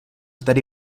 tedy